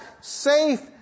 safe